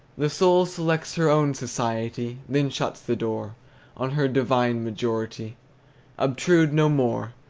the soul selects her own society, then shuts the door on her divine majority obtrude no more.